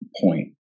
point